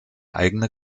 eigene